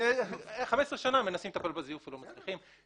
15 שנים מנסים לטפל בזיוף ללא הצלחה.